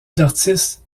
d’artistes